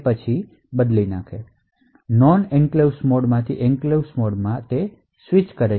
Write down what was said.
પછી non enclaves મોડમાંથી enclaves મોડમાં સ્વિચ થાય છે